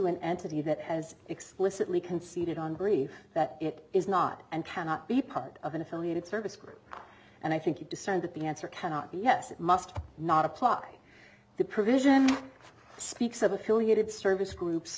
an entity that has explicitly conceded on brief that it is not and cannot be part of an affiliated service group and i think you discerned that the answer cannot be yes it must not apply the provision speaks of affiliated service groups